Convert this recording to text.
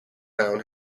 town